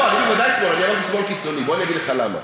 אני אמרתי שמאל קיצוני, אומר לך למה: